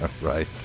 right